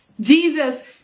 Jesus